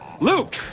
Luke